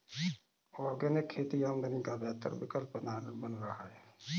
organic खेती आमदनी का बेहतर विकल्प बन रहा है